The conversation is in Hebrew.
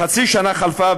חצי שנה חלפה,